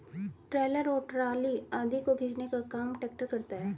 trailer और trolley आदि को खींचने का काम ट्रेक्टर करता है